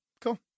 cool